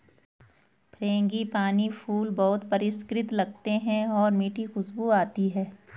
frangipani फूल बहुत परिष्कृत लगते हैं और मीठी खुशबू आती है